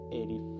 Eighty